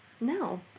No